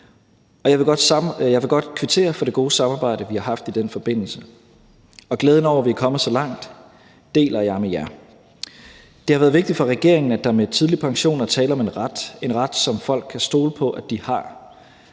Jeg vil godt kvittere for det gode samarbejde, vi har haft i den forbindelse, og glæden over, at vi er kommet så langt, deler jeg med jer. Det har været vigtigt for regeringen, at der med tidlig pension er tale om en ret – en ret, som folk kan stole på de har.